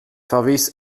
verwies